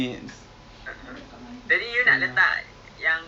I pun tak tahu ah adam cakap dia nak jinjja